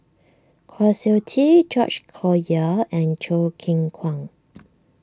Kwa Siew Tee George Collyer and Choo Keng Kwang